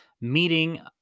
meeting